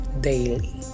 daily